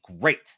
great